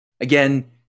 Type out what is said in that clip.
again